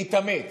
להתאמץ,